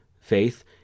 faith